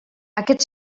aquest